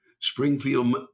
Springfield